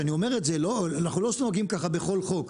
אני אומר את זה אנחנו לא נוהגים ככה בכל חוק,